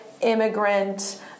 immigrant